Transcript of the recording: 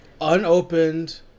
Unopened